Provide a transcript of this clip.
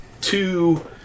two